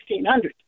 1600